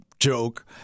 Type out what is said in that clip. Joke